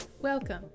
welcome